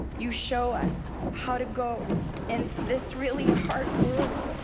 you show us how to go in this really hard world,